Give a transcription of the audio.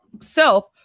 self